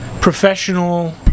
professional